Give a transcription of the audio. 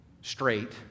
straight